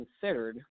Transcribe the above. considered